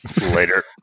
later